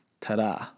Ta-da